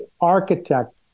architect